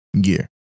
gear